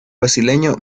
brasileño